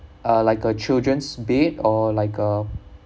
uh like a children's bed or like a